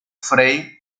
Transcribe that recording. frei